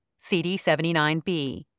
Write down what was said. CD79B